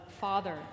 father